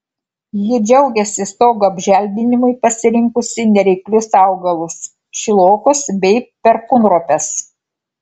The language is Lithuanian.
ji džiaugiasi stogo apželdinimui pasirinkusi nereiklius augalus šilokus bei perkūnropes